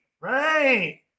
Right